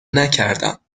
نکردم